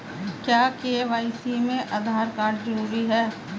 क्या के.वाई.सी में आधार कार्ड जरूरी है?